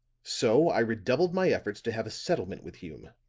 so i redoubled my efforts to have a settlement with hume